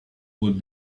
would